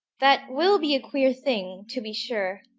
that will be a queer thing, to be sure!